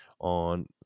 on